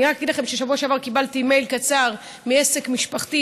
אני רק אגיד לכם שבשבוע שעבר קיבלתי מייל קצר מעסק משפחתי